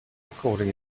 recording